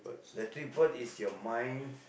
the three part is your mind